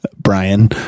brian